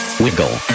wiggle